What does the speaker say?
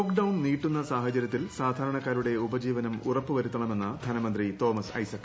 lockdown നീട്ടുന്ന സാഹച്ചര്യ്ത്തിൽ സാധാരണക്കാരുടെ ഉപജീവനം ഉറപ്പുവരുത്തണമെന്നു് ്ധന്നമന്ത്രി തോമസ് ഐസക്